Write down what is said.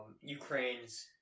Ukraine's